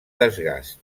desgast